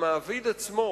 המעביד עצמו,